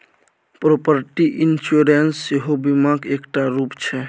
property insurance सेहो बीमाक एकटा रुप छै